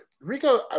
Rico